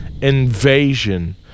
invasion